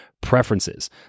preferences